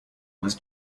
was